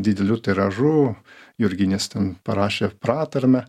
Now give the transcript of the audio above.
dideliu tiražu jurginis ten parašė pratarmę